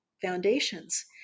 foundations